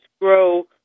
grow